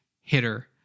hitter